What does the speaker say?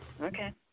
Okay